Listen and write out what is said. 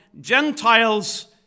Gentiles